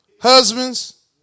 Husbands